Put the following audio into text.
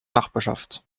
nachbarschaft